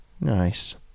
nice